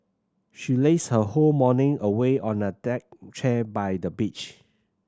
she lazed her whole morning away on a deck chair by the beach